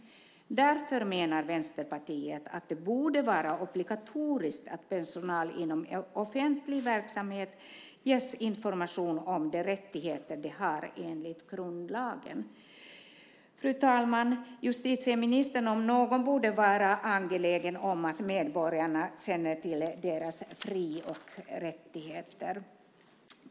Därför menar Vänsterpartiet att det borde vara obligatoriskt att personal inom offentlig verksamhet ges information om de rättigheter de har enligt grundlagen. Fru talman! Justitieministern, om någon, borde vara angelägen om att medborgarna känner till sina fri och rättigheter.